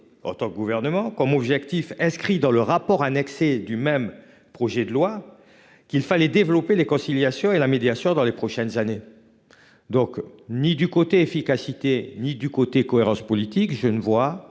en tant que gouvernement comme objectif inscrit dans le rapport annexé du même projet de loi. Qu'il fallait développer les conciliation et la médiation dans les prochaines années. Donc, ni du côté efficacité ni du côté cohérence politique. Je ne vois